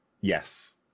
yes